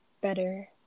better